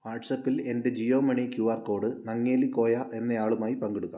വാട്ട്സ്ആപ്പിൽ എൻ്റെ Jio money QR code Nangeli Koya എന്നയാളുമായി പങ്കിടുക